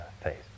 face